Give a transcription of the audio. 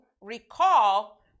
recall